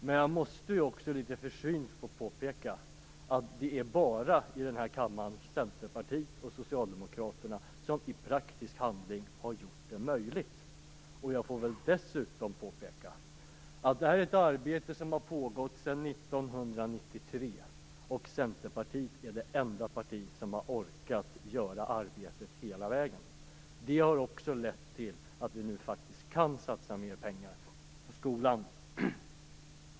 Men jag måste ju också litet försynt få påpeka att det i den här kammaren bara är Centerpartiet och Socialdemokraterna som i praktisk handling gjort detta möjligt. Jag får dessutom påpeka att det här är ett arbete som har pågått sedan 1993. Centerpartiet är det enda parti som har orkat utföra arbetet hela vägen. Det har också lett till att vi nu faktiskt kan satsa mer pengar på skolan.